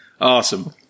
Awesome